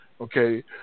okay